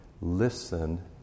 listen